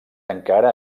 encara